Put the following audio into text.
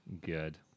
Good